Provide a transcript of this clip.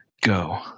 go